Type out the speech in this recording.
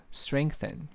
strengthen